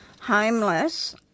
homeless